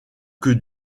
que